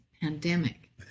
pandemic